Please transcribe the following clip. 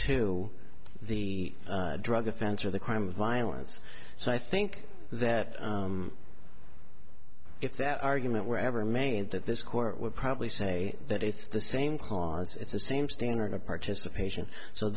to the drug offense or the crime of violence so i think that if that argument were ever made that this court would probably say that it's the same cause it's the same standard of participation so